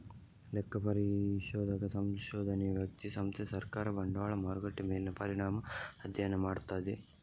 ಲೆಕ್ಕ ಪರಿಶೋಧಕ ಸಂಶೋಧನೆಯು ವ್ಯಕ್ತಿ, ಸಂಸ್ಥೆ, ಸರ್ಕಾರ, ಬಂಡವಾಳ ಮಾರುಕಟ್ಟೆ ಮೇಲಿನ ಪರಿಣಾಮ ಅಧ್ಯಯನ ಮಾಡ್ತದೆ